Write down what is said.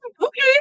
okay